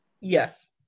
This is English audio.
Yes